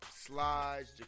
slides